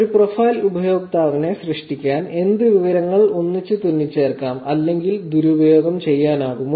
ഒരു പ്രൊഫൈൽ ഉപയോക്താവിനെ സൃഷ്ടിക്കാൻ എന്ത് വിവരങ്ങൾ ഒന്നിച്ച് തുന്നിച്ചേർക്കാം അല്ലെങ്കിൽ ദുരുപയോഗം ചെയ്യാനാകുമോ